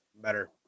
better